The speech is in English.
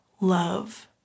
love